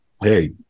hey